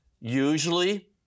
usually